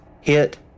hit